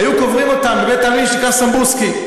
היו קוברים אותם בבית העלמין שנקרא סמבוסקי,